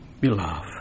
Beloved